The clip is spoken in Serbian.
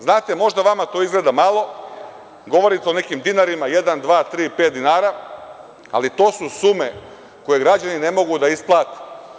Znate, možda to vama izgleda malo, govorite o nekim dinarima, jedan, dva, tri, pet dinara, ali to su sume koje građani ne mogu da isplate.